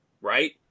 Right